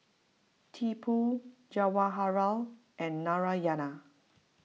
Tipu Jawaharlal and Narayana